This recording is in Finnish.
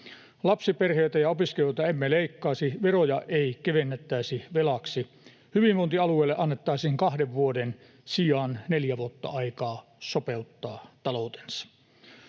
Lapsiperheiltä ja opiskelijoilta emme leikkaisi, veroja ei kevennettäisi velaksi. Hyvinvointialueille annettaisiin kahden vuoden sijaan neljä vuotta aikaa sopeuttaa taloutensa.